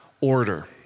order